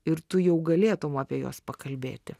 ir tu jau galėtum apie juos pakalbėti